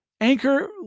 Anchor